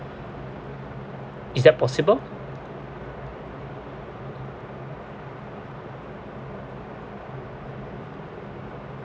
is that possible